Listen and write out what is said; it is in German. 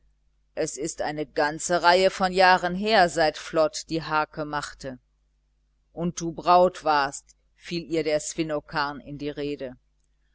es ist eine ganze reihe von jahren her seit flod die harke machte und du braut warst fiel ihr der svinnokarn in die rede